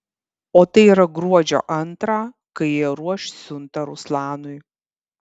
o tai yra gruodžio antrą kai jie ruoš siuntą ruslanui